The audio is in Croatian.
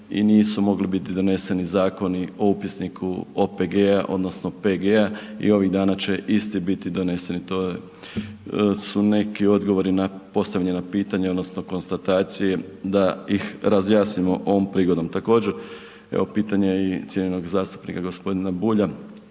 i nisu mogli biti doneseni Zakoni o upisniku OPG-a odnosno PG-a i ovih dana će isti biti doneseni, to su neki odgovori na postavljena pitanja, odnosno konstatacije da ih razjasnimo ovog prigodom. Također, evo pitanje cijenjenog zastupnika, g. Bulja,